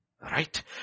Right